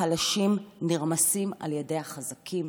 החלשים נרמסים על ידי החזקים.